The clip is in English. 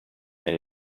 and